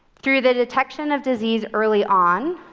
through the detection of disease early on,